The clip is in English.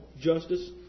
justice